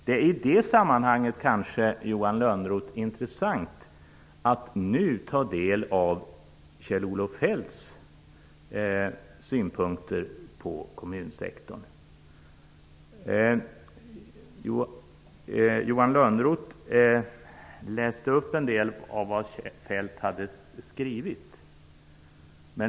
Det är i det sammanhanget, Johan Lönnroth, intressant att nu ta del av Kjell-Olof Lönnroth läste upp en del av vad Kjell-Olof Feldt har skrivit.